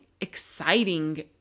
exciting